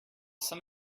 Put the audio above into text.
some